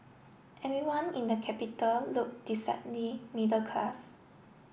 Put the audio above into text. everyone in the capital look decidedly middle class